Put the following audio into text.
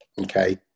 okay